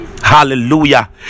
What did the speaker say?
hallelujah